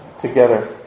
together